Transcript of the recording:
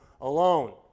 alone